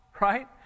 right